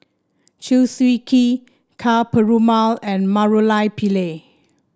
Chew Swee Kee Ka Perumal and Murali Pillai